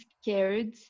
scared